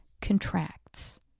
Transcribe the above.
contracts